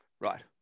right